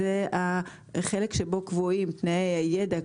החלק בו קבועים תנאי הידע,